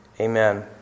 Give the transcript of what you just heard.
Amen